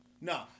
No